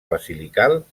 basilical